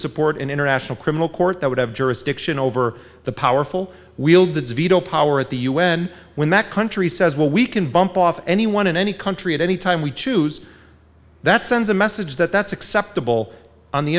support an international criminal court that would have jurisdiction over the powerful wields its veto power at the u n when that country says well we can bump off anyone in any country at any time we choose that sends a message that that's acceptable on the